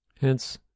Hence